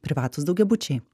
privatūs daugiabučiai